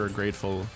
grateful